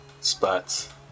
spots